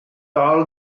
dal